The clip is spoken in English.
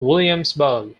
williamsburg